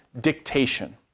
dictation